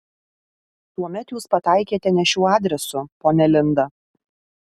tuomet jūs pataikėte ne šiuo adresu ponia linda